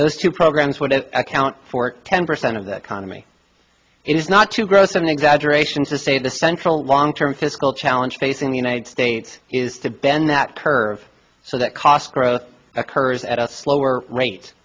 those two programs would account for ten percent of the economy it is not too gross an exaggeration to say the central long term fiscal challenge facing the united states is to bend that curve so that cost growth occurs at a slower rate